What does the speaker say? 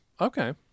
Okay